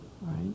right